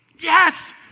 Yes